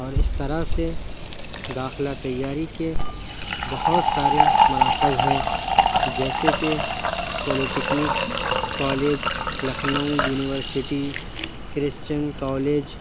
اور اس طرح سے داخلہ تیاری کے بہت سارے مراکز ہیں جیسے کہ polytechnic college Lucknow university Christian college